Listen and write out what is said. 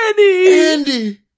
Andy